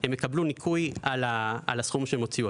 הם יקבלו ניכוי על הסכום שהם הוציאו.